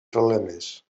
problemes